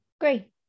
Great